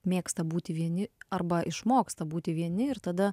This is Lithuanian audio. mėgsta būti vieni arba išmoksta būti vieni ir tada